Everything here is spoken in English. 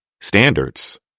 standards